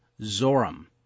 Zoram